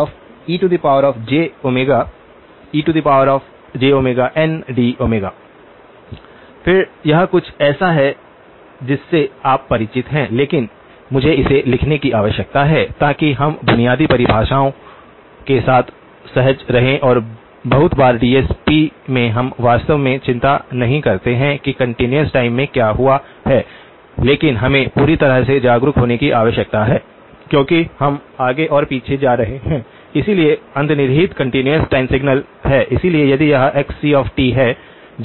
2π Xejωn ∞xne jωn और xn12π πXejωejωndω फिर यह कुछ ऐसा है जिससे आप परिचित हैं लेकिन मुझे इसे लिखने की आवश्यकता है ताकि हम बुनियादी परिभाषाओं के साथ सहज रहें और बहुत बार डीएसपी में हम वास्तव में चिंता नहीं करते हैं कि कंटीन्यूअस टाइम में क्या हुआ है लेकिन हमें पूरी तरह से जागरूक होने की आवश्यकता है क्योंकि हम आगे और पीछे जा रहे हैं इसलिए अंतर्निहित कंटीन्यूअस टाइम सिग्नल है इसलिए यदि यह xc है